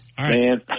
man